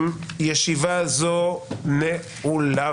ישיבה זו נעולה.